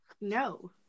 no